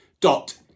dot